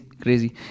crazy